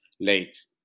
late